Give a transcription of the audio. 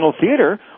theater